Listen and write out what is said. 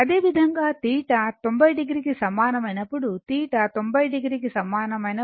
అదేవిధంగా θ 90 o కు సమానమైనప్పుడు θ 90 o కి సమానమైనప్పుడు A B Im కి సమానం